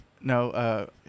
No